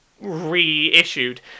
reissued